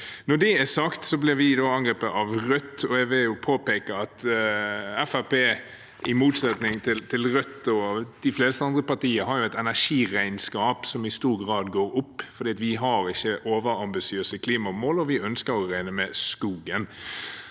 Når det er sagt, blir vi angrepet av Rødt. Jeg vil påpeke at Fremskrittspartiet i motsetning til Rødt og de fleste andre partier har et energiregnskap som i stor grad går opp, for vi har ikke overambisiøse klimamål, og vi ønsker å regne med skogen.